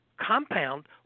compound